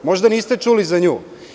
Možda niste čuli za nju.